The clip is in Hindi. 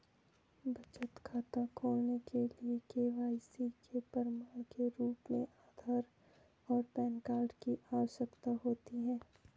बचत खाता खोलने के लिए के.वाई.सी के प्रमाण के रूप में आधार और पैन कार्ड की आवश्यकता होती है